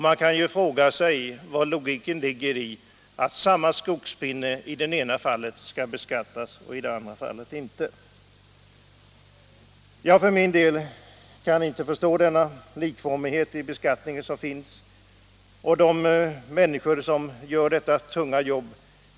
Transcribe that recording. Man kan fråga sig vari logiken ligger att samma skogspinne i det ena fallet skall beskattas, i det andra inte. Jag för min del kan inte förstå att det kan anses föreligga likformighet i beskattningen. Det är ett tungt jobb att använda detta bränsle.